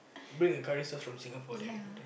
bring a curry sauce from Singapore then we go there